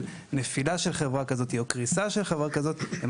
של נפילה או קריסה של חברה כזאת הן